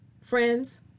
friends